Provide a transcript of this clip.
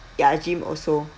ya gym also